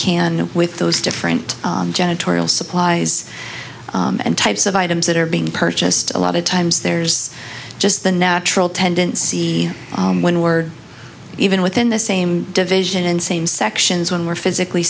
can with those different janitorial supplies and types of items that are being purchased a lot of times there's just a natural tendency when we're even within the same division and same sections when we're physically